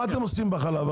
החלב?